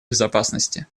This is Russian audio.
безопасности